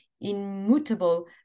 immutable